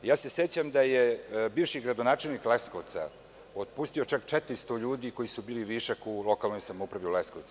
Sećam se da je bivši gradonačelnik Leskovca otpustio čak 400 ljudi koji su bili višak u lokalnoj samoupravi u Leskovcu.